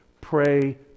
Pray